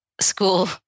school